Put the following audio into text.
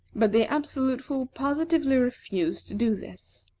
but the absolute fool positively refused to do this.